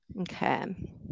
okay